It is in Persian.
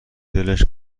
دلش